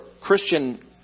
Christian